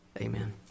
Amen